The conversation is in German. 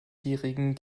jährigen